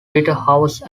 peterhouse